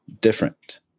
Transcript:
Different